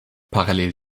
parallel